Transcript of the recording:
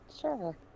Sure